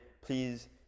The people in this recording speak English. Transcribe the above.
please